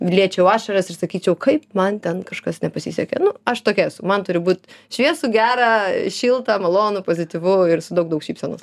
liečiau ašaras ir sakyčiau kaip man ten kažkas nepasisekė nu aš tokia esu man turi būt šviesu gera šilta malonu pozityvu ir su daug daug šypsenų